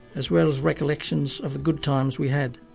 as well as recollections of the good times we had.